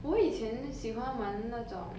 我以前喜欢玩那种